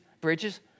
bridges